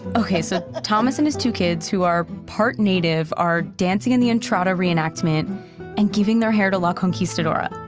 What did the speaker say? ok, so thomas and his two kids, who are part native, are dancing in the entrada re-enactment and giving their hair to la conquistadora.